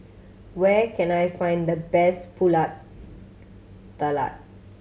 where can I find the best Pulut Tatal